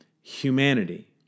humanity